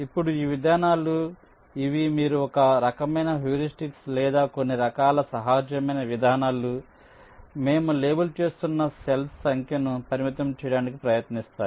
ఇప్పుడు ఈ విధానాలు ఇవి మీరు ఒక రకమైన హ్యూరిస్టిక్స్ లేదా కొన్ని రకాల సహజమైన విధానాలు ఇవి మేము లేబుల్ చేస్తున్న సెల్ఫ్ సంఖ్యను పరిమితం చేయడానికి ప్రయత్నిస్తాయి